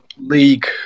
League